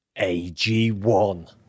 AG1